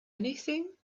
anything